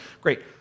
Great